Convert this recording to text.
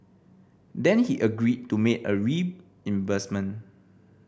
then he agreed to make a reimbursement